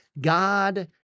God